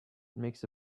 makes